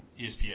ESPN